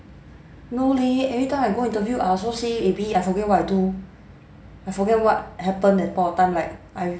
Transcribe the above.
no leh every time I go interview I'll also say I forget what I do I forget what happened at that point of time like I